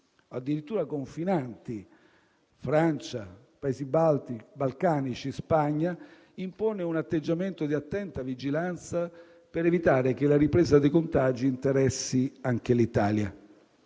addirittura confinanti - Francia, Paesi balcanici e Spagna - impone un atteggiamento di attenta vigilanza per evitare che la ripresa dei contagi interessi anche l'Italia.